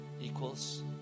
equals